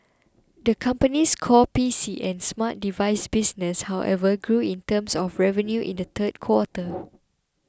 the company's core P C and smart device business however grew in terms of revenue in the third quarter